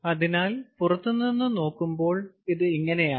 അതിനാൽ പുറത്തുനിന്ന് നോക്കുമ്പോൾ ഇത് ഇങ്ങനെയാണ്